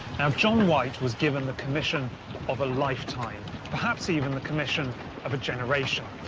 um john white was given the commission of a lifetime perhaps even the commission of a generation.